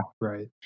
right